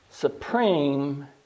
supreme